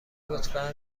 لطفا